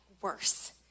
worse